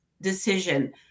decision